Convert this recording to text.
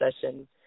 session